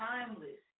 Timeless